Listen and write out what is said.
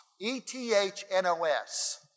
E-T-H-N-O-S